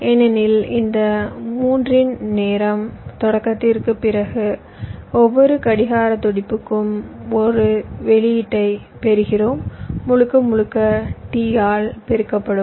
ஏனெனில் இந்த 3 இன் நேரம் தொடக்கத்திற்குப் பிறகு ஒவ்வொரு கடிகார துடிப்புக்கும் 1 வெளியீட்டைப் பெறுகிறோம் முழுக்க முழுக்க t ஆல் பெருக்கப்படும்